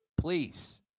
please